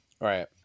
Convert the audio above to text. Right